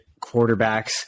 quarterbacks